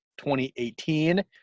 2018